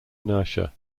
inertia